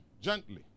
Gently